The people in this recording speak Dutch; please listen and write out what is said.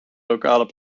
lokale